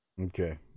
Okay